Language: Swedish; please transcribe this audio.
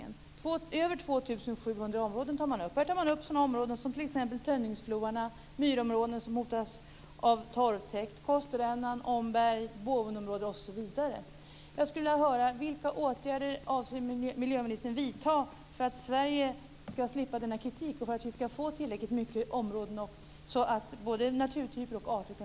Man tar upp över 2 700 områden, t.ex. Tönningefloarna, myrområden som hotas av torrtäckt, Kosterrännan,